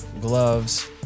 gloves